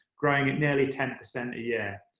growing at nearly ten percent a year.